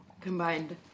Combined